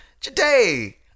today